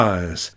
Eyes